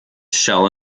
shall